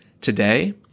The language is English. today